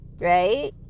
right